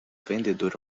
vendedor